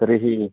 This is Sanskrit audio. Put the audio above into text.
तर्हि